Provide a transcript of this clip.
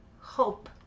Hope